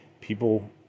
people